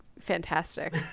fantastic